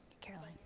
Caroline